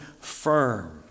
firm